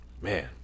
Man